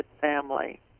family